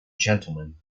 gentleman